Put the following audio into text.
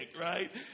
right